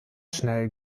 schnell